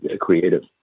creative